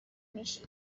میشی